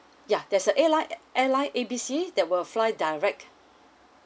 ya there's a airline air airline A B C that will fly direct